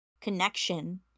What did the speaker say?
connection